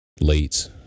late